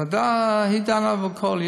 הוועדה דנה בכול.